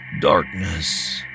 Darkness